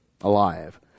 alive